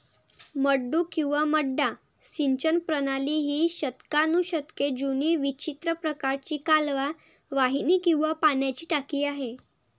मड्डू किंवा मड्डा सिंचन प्रणाली ही शतकानुशतके जुनी विचित्र प्रकारची कालवा वाहिनी किंवा पाण्याची टाकी आहे